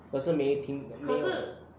可是没听没有